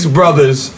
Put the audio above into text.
brothers